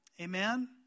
Amen